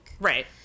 Right